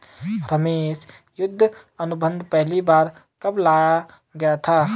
रमेश युद्ध अनुबंध पहली बार कब लाया गया था?